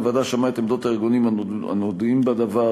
הוועדה שמעה את עמדות הארגונים הנוגעים בדבר.